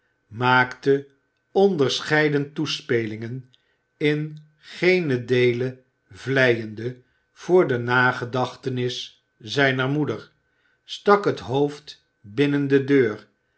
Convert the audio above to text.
maakte onderscheiden toespelingen in geenen deele vleiende voor de nagedachtenis zijner moeder stak het hoofd binnen de deur